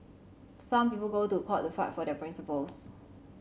some people go to court to fight for their principles